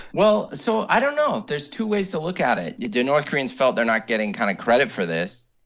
well, so i don't know. there's two ways to look at it. yeah the north koreans felt they're not getting kind of credit for this.